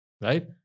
right